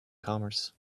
commerce